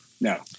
no